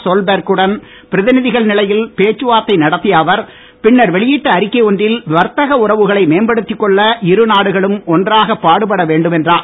Solberg குடன் பிரதிநிதிகள் நிலையில் பேச்சுவார்த்தை நடத்திய அவர் பின்னர் வெளியிட்ட அறிக்கை அன்றில் வர்த்தக உறவுகளை மேம்படுத்திக் கொள்ள இருநாடுகளும் ஒன்றாக பாடுப்பட வேண்டும் என்றார்